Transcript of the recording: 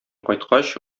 кайткач